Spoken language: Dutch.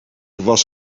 was